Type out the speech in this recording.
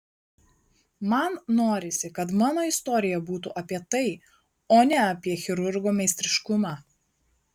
man norisi kad mano istorija būtų apie tai o ne apie chirurgo meistriškumą